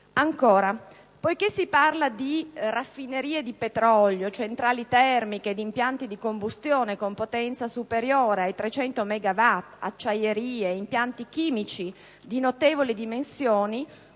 ancora, poiché si parla di raffinerie di petrolio, di centrali termiche, di impianti di combustione con potenza superiore ai 300 megawatt, acciaierie e impianti chimici di notevoli dimensioni,